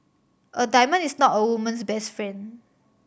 a diamond is not a woman's best friend